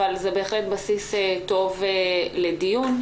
אבל בהחלט זה בסיס טוב לדיון.